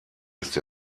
ist